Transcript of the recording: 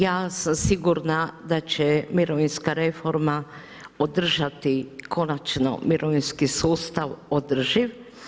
Ja sam sigurna da će mirovinska reforma održati konačno mirovinski sustav održiv.